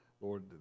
Lord